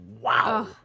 wow